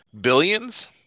billions